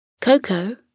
Coco